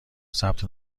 ثبت